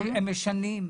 הם משנים.